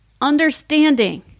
Understanding